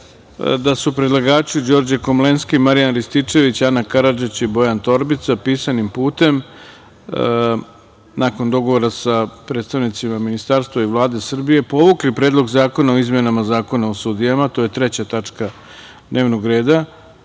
da su predlagači Đorđe Komlenski, Marijan Rističević, Ana Karadžić i Bojan Torbica pisanim putem, nakon dogovora sa predstavnicima ministarstva i Vlade Srbije povukli Predlog zakona o izmenama Zakona o sudijama, to je 3. tačka dnevnog reda,